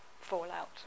fallout